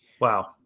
Wow